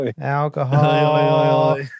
alcohol